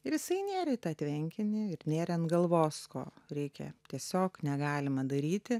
ir jisai nėrė į tą tvenkinį ir nėrė ant galvos ko reikia tiesiog negalima daryti